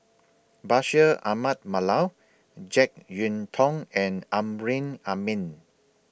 Bashir Ahmad Mallal Jek Yeun Thong and Amrin Amin